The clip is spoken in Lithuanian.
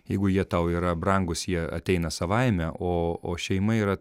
jeigu jie tau yra brangūs jie ateina savaime o o šeima yra